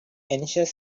ancient